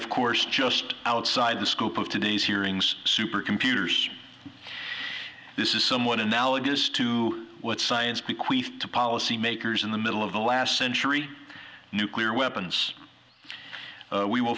of course just outside the scope of today's hearings supercomputers this is somewhat analogous to what science bequeath to policymakers in the middle of the last century nuclear weapons we will